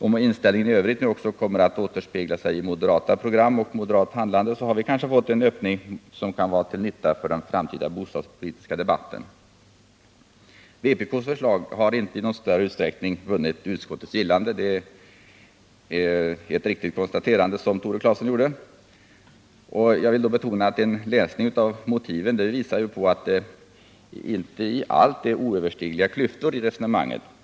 Om inställningen i övrigt nu också kommer att återspegla sig i moderata program och moderat handlande har vi kanske fått en öppning som kan vara till nytta för den framtida bostadspolitiska debatten. Vpk:s förslag har inte i någon större utsträckning vunnit utskottets gillande — det är ett helt riktigt konstaterande som Tore Claeson gjorde. Jag vill betona att en läsning av motiven visar att det inte överallt är oöverstigliga klyftor mellan vpk och utskottet.